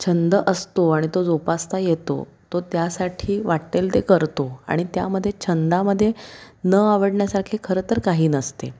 छंद असतो आणि तो जोपासता येतो तो त्यासाठी वाट्टेल ते करतो आणि त्यामध्ये छंदामध्ये न आवडण्यासारखे खरं तर काही नसते